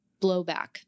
blowback